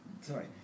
Sorry